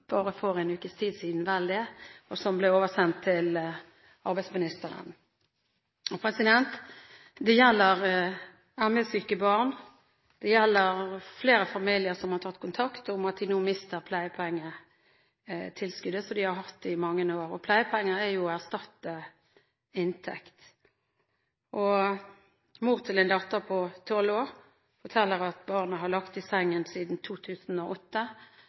bare for vel en ukes tid siden, som ble oversendt til arbeidsministeren. Det gjelder ME-syke barn, det gjelder flere familier som har tatt kontakt om at de nå mister pleiepenge-tilskuddet som de har hatt i mange år. Pleiepenger er jo å erstatte inntekt. Mor til en datter på 12 år forteller at barnet har ligget i sengen siden 2008.